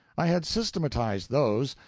i had systematized those,